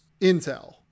intel